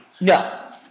No